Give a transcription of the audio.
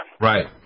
Right